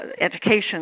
Education